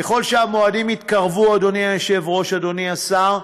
ככל שהמועדים יתקרבו, אדוני היושב-ראש, אדוני השר,